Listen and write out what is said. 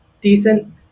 decent